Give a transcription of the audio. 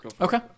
Okay